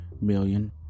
million